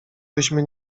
byśmy